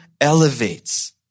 elevates